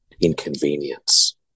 inconvenience